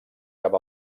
cap